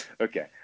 Okay